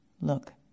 Look